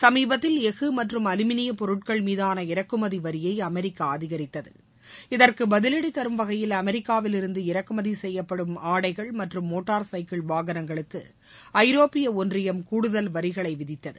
சுமீபத்தில் எஃகு மற்றும் அலுமினிய பொருட்கள் மீதான இறக்குமதி வரியை அமெரிக்கா அதினித்தது இதற்கு பதிவடி தரும் வகையில் அமெரிக்காவில் இருந்து இறக்குமதி செய்யப்படும் ஆடைகள் மற்றும் மோட்டார் சைக்கிள் வாகனங்களுக்கு ஐரோப்பிய ஒன்றியமம் கூடுதல் வரிகளை விதித்தது